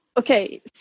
Okay